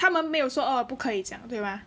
他们没有说哦不可以这样对吗